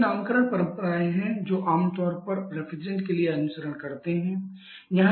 तो ये नामकरण परंपराएं हैं जो हम आमतौर पर रेफ्रिजरेंट के लिए अनुसरण करते हैं